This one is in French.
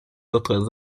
autres